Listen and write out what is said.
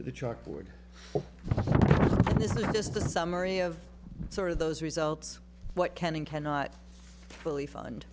the chalkboard this is just the summary of sort of those results what can and cannot fully fun